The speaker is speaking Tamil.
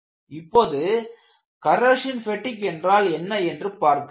இப்போது கரோஷன் பெட்டிக் என்றால் என்ன என்று பார்க்கலாம்